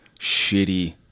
shitty